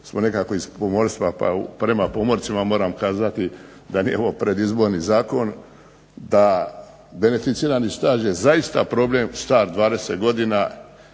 smo nekako iz pomorstva, pa prema pomorcima moram kazati da nije ovo predizborni zakon, da beneficirani staž je zaista problem star 20 godina